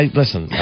listen